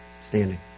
standing